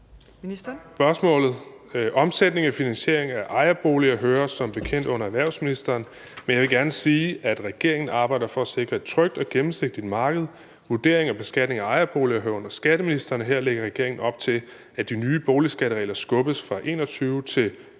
spørgsmålet. Omsætning og finansiering af ejerboliger hører som bekendt under erhvervsministeren, men jeg vil gerne sige, at regeringen arbejder for at sikre et trygt og gennemsigtigt marked. Vurdering og beskatning af ejerboliger hører under skatteministeren, og her lægger regeringen op til, at de nye boligskatteregler skubbes fra 2021 til 2024.